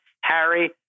Harry